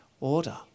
order